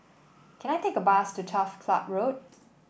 can I take a bus to Turf Ciub Road